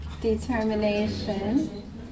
determination